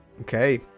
Okay